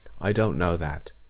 i don't know that.